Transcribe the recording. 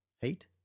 heat